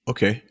Okay